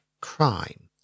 crime